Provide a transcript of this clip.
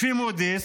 לפי מודי'ס,